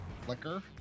flicker